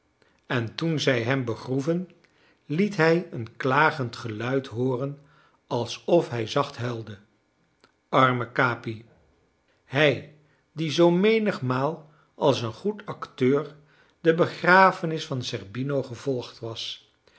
en toen zij hem begroeven liet hij een klagend geluid hooren alsof hij zacht huilde arme capi hij die zoo menigmaal als een goed acteur de begrafenis van zerbino gevolgd was